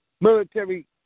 military